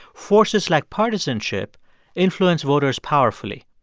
forces like partisanship influence voters powerfully.